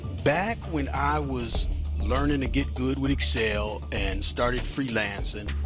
back when i was learning to get good with excel and started freelancing,